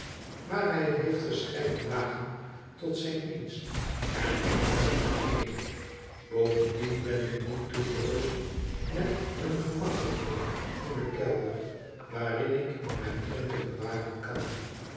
maar hij heeft verscheiden magen tot zijn dienst en ik heb er maar één bovendien ben ik niet toegerust met een gemakkelijken koelen kelder waarin ik mijn drinken bewaren kan